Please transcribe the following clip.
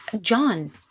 John